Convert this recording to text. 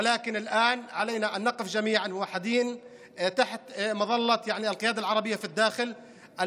אולם עכשיו על כולנו לעמוד מאוחדים תחת ההנהגה הערבית במדינה.